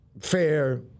fair